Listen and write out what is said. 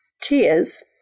tears